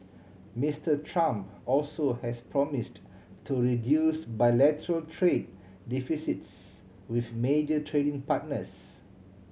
Mister Trump also has promised to reduce bilateral trade deficits with major trading partners